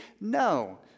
No